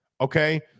Okay